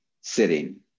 sitting